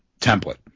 template